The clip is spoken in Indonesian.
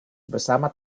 bersama